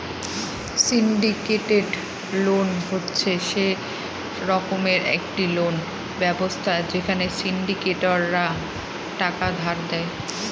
syndicated loan হচ্ছে সে রকমের একটা লোন ব্যবস্থা যেখানে সিন্ডিকেটরা টাকা ধার দেয়